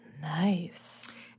nice